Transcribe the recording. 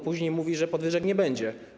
Później mówi, że podwyżek nie będzie.